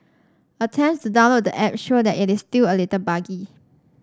attempts to download the app show that it is still a little buggy